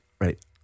Right